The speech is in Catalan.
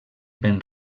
ben